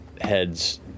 heads